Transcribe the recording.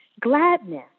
Gladness